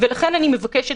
ישראלי שאינו מחוסן צריך